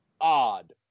odd